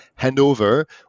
handover